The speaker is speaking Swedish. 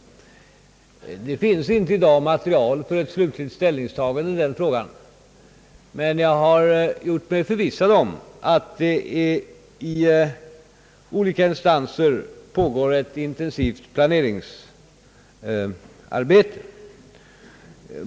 Det finns inte i dag material för ett slutligt ställningstagande till den frågan, men jag har gjort mig förvissad om att det i olika instanser pågår ett intensivt planeringsarbete.